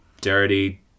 dirty